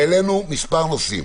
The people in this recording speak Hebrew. העלינו מספר נושאים.